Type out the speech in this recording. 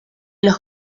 los